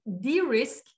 de-risk